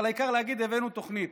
אבל העיקר להגיד: הבאנו תוכנית,